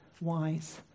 wise